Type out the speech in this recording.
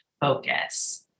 focus